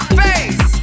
face